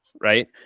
right